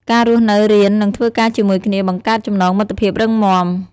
ការរស់នៅ រៀន និងធ្វើការជាមួយគ្នាបង្កើតចំណងមិត្តភាពរឹងមាំ។